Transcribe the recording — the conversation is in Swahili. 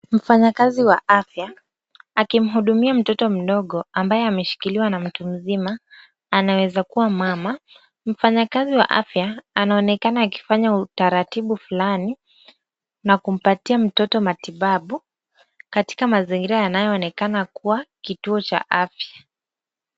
Mfanyakazi wa afya akimhudumia mtoto mdogo, ambaye ameshikiliwa na mtu mzima, anaweza kuwa mama. Mfanyikazi wa afya anaonekana akifanya utaratibu fulani na kumpatia mtoto matibabu katika mazingira yanayoonekana kuwa kituo cha afya.